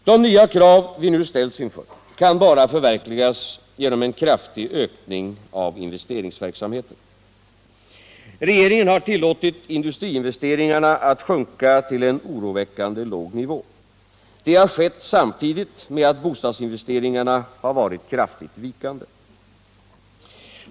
De nya krav som vi ställs inför kan bara förverkligas genom en kraftig ökning av investeringsverksamheten. Regeringen har tillåtit industriinvesteringarna att sjunka till en oroväckande låg nivå. Detta har skett samtidigt med att bostadsinvesteringarna har varit kraftigt vikande.